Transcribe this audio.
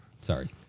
Sorry